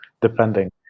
depending